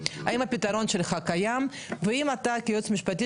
האם הפתרון שלך קיים והאם אתה כיועץ המשפטי